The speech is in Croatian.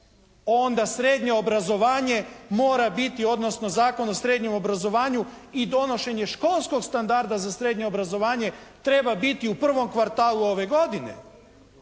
Onda srednje obrazovanje mora biti, odnosno Zakon o srednjem obrazovanju i donošenje Školskog standarda za srednje obrazovanje treba biti u prvom kvartalu ove godine.